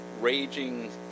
raging